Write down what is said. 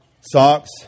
Socks